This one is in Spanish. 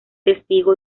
testigo